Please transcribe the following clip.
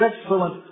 excellent